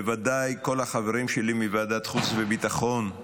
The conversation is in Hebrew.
בוודאי כל החברים שלי מוועדת החוץ והביטחון,